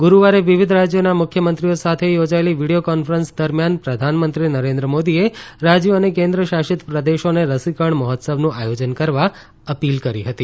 ગુરુવારે વિવિધ રાશ્યોના મુખ્યમંત્રીઓ સાથે યોજાયેલી વિડીયો કોન્ફરન્સ દરમિયાન પ્રધાનમંત્રી નરેન્દ્ર મોદીએ રાજ્યો અને કેન્દ્ર શાસિત પ્રદેશોને રસીકરણ મહોત્સવનું આયોજન કરવા અપીલ કરી હતી